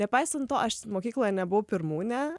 nepaisant to aš mokykloje nebuvau pirmūnė